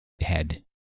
head